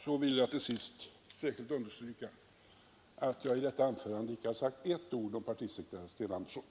Så vill jag till sist särskilt understryka att jag i detta anförande icke har sagt ett ord om partisekreterare Sten Andersson.